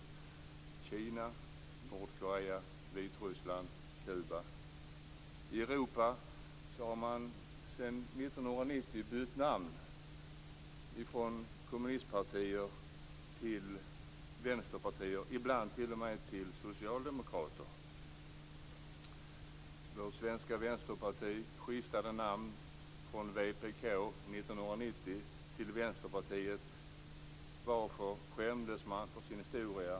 Den finns i Kina, Nordkorea, Vitryssland och Kuba. I Europa har kommunistpartier sedan 1990 bytt namn till vänsterpartier, ibland t.o.m. till socialdemokrater. Vårt svenska vänsterparti skiftade 1990 namn från vpk till Vänsterpartiet. Varför? Skämdes man för sin historia?